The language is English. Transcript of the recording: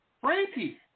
Frankie